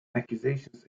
accusations